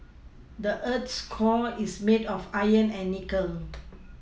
the earth's core is made of iron and nickel